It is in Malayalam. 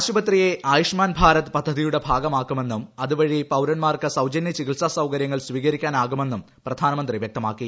ആശുപിത്രിയെ ആയുഷ്മാൻ ഭാരത് പദ്ധതിയുടെ ഭാഗമാക്കുമെന്നും അതുവഴി പൌരന്മാർക്ക് സൌജന്യ ചികിത്സാ സൌകര്യങ്ങൾ സ്വീകരിക്കാനാകുമെന്നും പ്രധാനമന്ത്രി വൃക്തമാക്കി